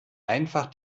einfach